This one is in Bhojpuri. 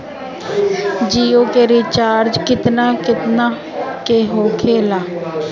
जियो के रिचार्ज केतना केतना के होखे ला?